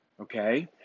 okay